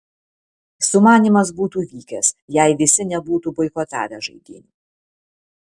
sumanymas būtų vykęs jei visi nebūtų boikotavę žaidynių